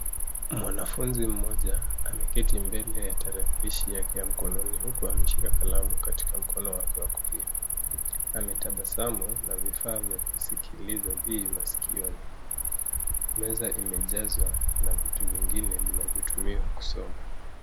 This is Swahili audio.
Mwanafunzi mmoja ameketi mbele ya tarakilishi yake ya mkononi huku ameshika kalamu katika mkono wake wa kulia. Ametabasamu na vifaa vya kusikiliza vi maskioni. Meza imejazwa na vitu vingine vinavyotumiwa kusoma.